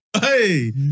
Hey